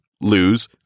lose